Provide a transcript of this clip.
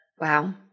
Wow